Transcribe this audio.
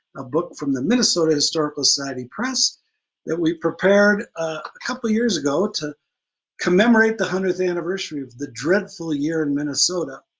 a book from the minnesota historical society press that we prepared a couple years ago to commemorate the hundredth anniversary of the dreadful year in minnesota.